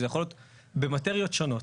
שזה יכול להיות במטריות שונות.